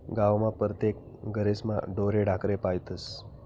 गावमा परतेक घरेस्मा ढोरे ढाकरे पायतस